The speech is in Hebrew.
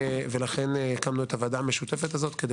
לכן הקמנו את הוועדה המשותפת הזאת כדי